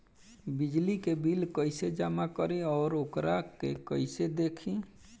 बिजली के बिल कइसे जमा करी और वोकरा के कइसे देखी?